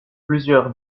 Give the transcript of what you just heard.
plusieurs